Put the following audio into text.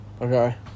Okay